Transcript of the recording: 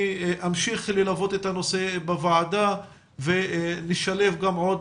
אני אמשיך ללוות את הנושא בוועדה ונשלב גם עוד